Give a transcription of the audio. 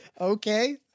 okay